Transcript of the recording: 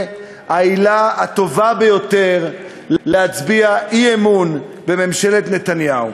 העילה הטובה ביותר להצביע אי-אמון בממשלת נתניהו.